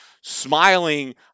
smiling